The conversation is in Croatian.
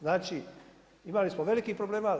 Znači imali smo veliki problema.